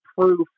proof